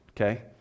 okay